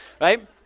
right